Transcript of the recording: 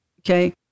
Okay